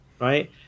right